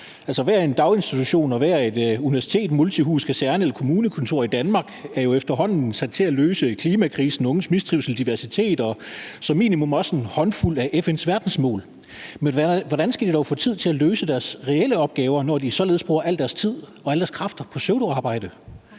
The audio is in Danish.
alle daginstitutioner, universiteter, multihuse, kaserner og kommunekontorer i Danmark er jo efterhånden sat til at løse klimakrisen og håndtere unges mistrivsel, diversitet og som minimum også en håndfuld af FN's verdensmål, men hvordan skal de dog få tid til at løse deres reelle opgaver, når de således bruger al deres tid og alle deres kræfter på pseudoarbejde?